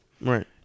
Right